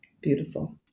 Beautiful